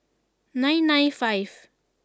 nine nine five